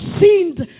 sinned